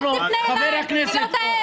אל תפנה אלי, שלא תעז.